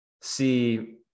see